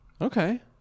okay